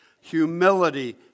humility